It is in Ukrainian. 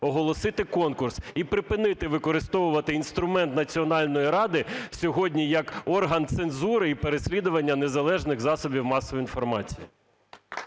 оголосити конкурс і припинити використовувати інструмент Національної ради сьогодні як орган цензури і переслідування незалежних засобів масової інформації.